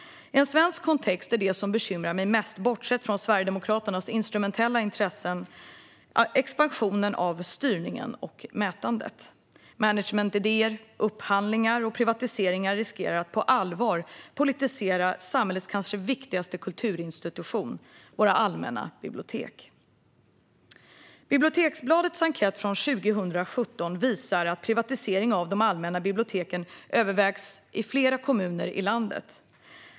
En svensk kontext är det som bekymrar mig mest, bortsett från Sverigedemokraternas instrumentella intressen, nämligen expansionen av styrningen och mätandet. Managementidéer, upphandlingar och privatiseringar riskerar att på allvar politisera samhällets kanske viktigaste kulturinstitution, alltså våra allmänna bibliotek. Biblioteksbladets enkät från 2017 visar att privatisering av de allmänna biblioteken övervägs i flera kommuner i landet.